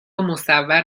مصور